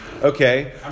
Okay